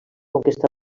conquesta